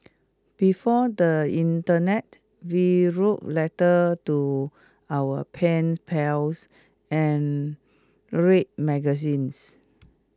before the Internet we wrote letters to our pen pals and read magazines